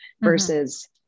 versus